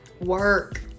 work